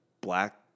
black